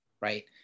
right